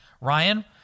Ryan